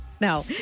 No